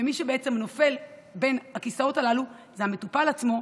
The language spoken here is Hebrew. ומי שנופל בין הכיסאות הללו זה המטופל עצמו,